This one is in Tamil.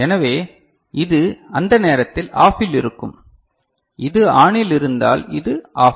எனவே இது அந்த நேரத்தில் ஆஃபில் இருக்கும் இது ஆனில் இருந்தால் இது ஆஃப்